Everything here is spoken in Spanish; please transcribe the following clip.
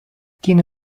tiene